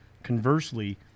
conversely